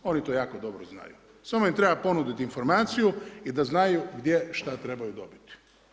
Oni to jako dobro znaju, samo im treba ponuditi informaciju i da znaju, gdje šta trebaju dobiti.